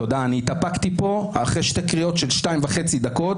התאפקתי פה אחרי שתי קריאות של שתיים וחצי דקות,